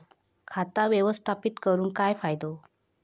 खाता व्यवस्थापित करून काय फायदो?